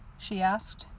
she asked.